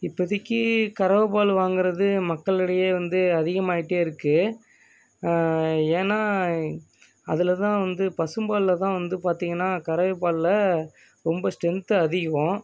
இப்போதைக்கு கறவைப் பால் வாங்கிறது மக்களிடையே வந்து அதிகமாகிட்டே இருக்குது ஏன்னால் அதில் தான் வந்து பசும்பாலில் தான் வந்து பார்த்தீங்கன்னா கறவைப் பாலில் ரொம்ப ஸ்ட்ரென்த்து அதிகம்